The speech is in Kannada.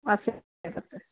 ವಾಸಿ ಆಗುತ್ತೆ